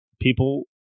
people